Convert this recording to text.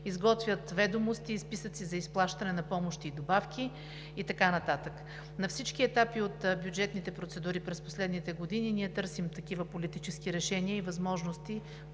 изготвят ведомости и списъци за изплащане на помощи и добавки и така нататък. На всички етапи от бюджетните процедури през последните години ние търсим такива политически решения и възможности